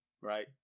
right